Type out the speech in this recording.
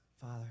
father